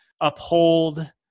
uphold